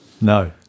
No